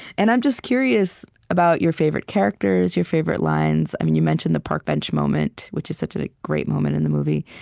and i'm just curious about your favorite characters, your favorite lines. and you mentioned the park bench moment, which is such a great moment in the movie.